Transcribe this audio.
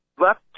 left